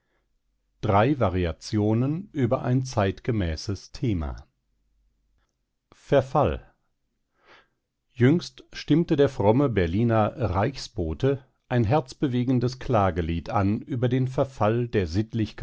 drei variationen über ein zeitgemäßes thema verfall jüngst stimmte der fromme berliner reichsbote ein herzbewegendes klagelied an über den verfall der